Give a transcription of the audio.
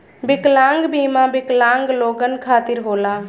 विकलांग बीमा विकलांग लोगन खतिर होला